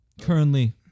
Currently